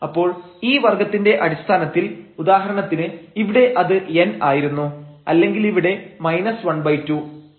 അപ്പോൾ ഈ വർഗ്ഗത്തിന്റെ അടിസ്ഥാനത്തിൽ ഉദാഹരണത്തിന് ഇവിടെ അത് n ആയിരുന്നു അല്ലെങ്കിൽ ഇവിടെ ½